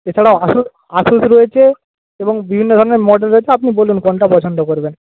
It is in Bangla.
এছাড়াও আসুস আসুস রয়েছে এবং বিভিন্ন ধরণের মডেল রয়েছে আপনি বলুন কোনটা পছন্দ করবেন